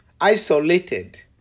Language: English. isolated